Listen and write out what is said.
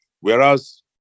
whereas